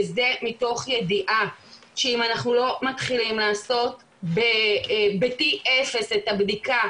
וזה מתוך ידיעה שאם אנחנו לא מתחילים לעשות את הבדיקה,